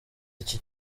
iki